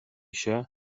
się